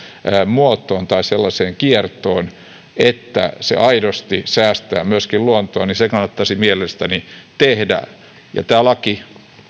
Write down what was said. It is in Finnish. muotoon tai laittaa sellaiseen kiertoon että se aidosti säästää myöskin luontoa niin se kannattaisi mielestäni tehdä ja tämä laki